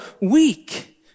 weak